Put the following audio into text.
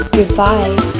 Goodbye